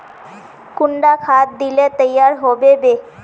कुंडा खाद दिले तैयार होबे बे?